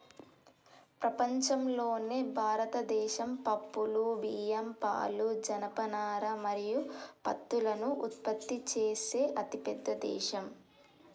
ప్రపంచంలోనే భారతదేశం పప్పులు, బియ్యం, పాలు, జనపనార మరియు పత్తులను ఉత్పత్తి చేసే అతిపెద్ద దేశం